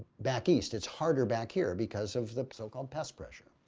back east. it's harder back here because of the so-called pest pressure.